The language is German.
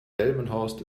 delmenhorst